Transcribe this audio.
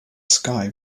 sky